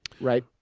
right